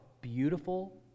beautiful